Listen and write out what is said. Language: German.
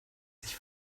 sich